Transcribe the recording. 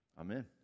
amen